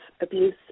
abuse